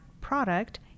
product